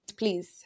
please